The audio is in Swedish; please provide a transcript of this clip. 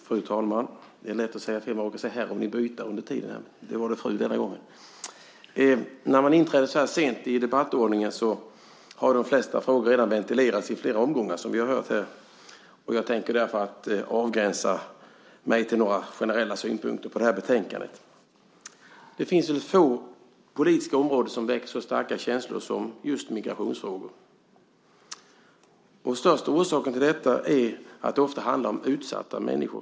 Fru talman! När man inträder så här sent i debattordningen har de flesta frågor redan ventilerats i flera omgångar, som vi har hört här. Jag tänker därför begränsa mig till några generella synpunkter på betänkandet. Det finns få politiska områden som väcker så starka känslor som just migrationsfrågor. Största orsaken till detta är att det ofta handlar om utsatta människor.